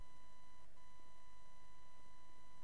הידיעה, חוסר